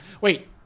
Wait